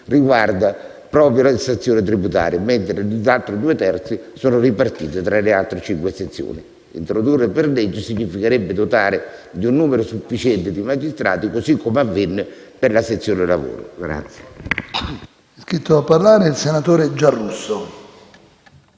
riguarda proprio la sezione tributaria, mentre gli altri due terzi sono ripartiti tra le altre cinque sezioni. Introdurla per legge significherebbe dotare la sezione di un numero sufficiente di magistrati, così come avvenne per la sezione lavoro.